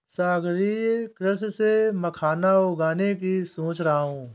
सागरीय कृषि से मखाना उगाने की सोच रहा हूं